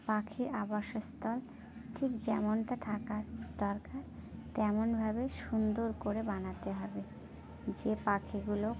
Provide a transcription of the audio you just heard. পাখির আবাসস্থল ঠিক যেমনটা থাকার দরকার তেমন ভাবে সুন্দর করে বানাতে হবে যে পাখিগুলো